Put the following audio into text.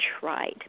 tried